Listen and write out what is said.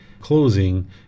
closing